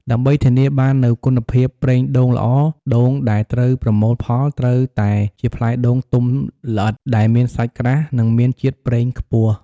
ដើម្បីធានាបាននូវគុណភាពប្រេងដូងល្អ ដូងដែលត្រូវប្រមូលផលត្រូវតែជាផ្លែដូងទុំល្អិត ដែលមានសាច់ក្រាស់ និងមានជាតិប្រេងខ្ពស់។